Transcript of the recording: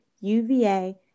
UVA